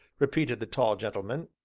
repeated the tall gentleman,